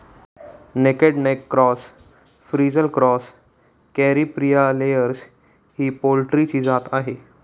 naked neck cross, frizzle cross, Caripriya layers ही पोल्ट्रीची जात आहे